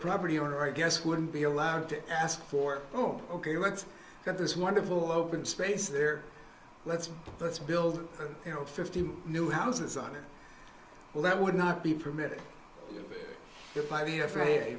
property owner i guess wouldn't be allowed to ask for oh ok let's get this wonderful open space there let's let's build you know fifty new houses on a well that would not be permitted to five year